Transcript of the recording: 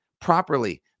properly